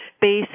base